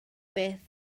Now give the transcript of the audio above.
beth